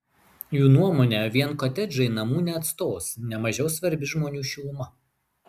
jų nuomone vien kotedžai namų neatstos ne mažiau svarbi žmonių šiluma